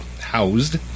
housed